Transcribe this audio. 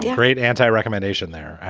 great anti recommendation there.